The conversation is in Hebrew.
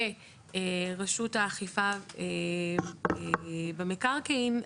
לרשות האכיפה במקרקעין,